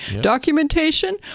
Documentation